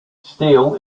steel